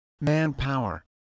Manpower